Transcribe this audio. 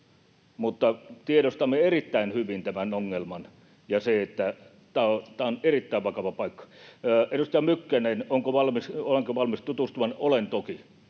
tiedostamme erittäin hyvin tämän ongelman ja sen, että tämä on erittäin vakava paikka. Edustaja Mykkänen, olenko valmis tutustumaan: Olen toki.